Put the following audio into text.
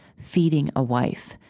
feeding a wife,